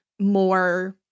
more